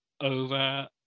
over